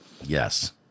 Yes